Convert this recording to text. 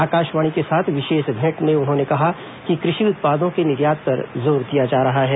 आकाशवाणी के साथ विशेष भेंट में उन्होंने कहा कि कृषि उत्पादों के निर्यात पर जोर दिया जा रहा है